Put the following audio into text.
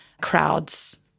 crowds